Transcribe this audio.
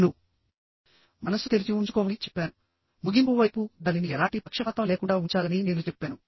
నేను మనసు తెరిచి ఉంచుకోమని చెప్పాను ముగింపు వైపు దానిని ఎలాంటి పక్షపాతం లేకుండా ఉంచాలని నేను చెప్పాను